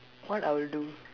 what I'll do